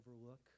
overlook